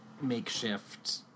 makeshift